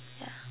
yeah